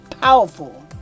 powerful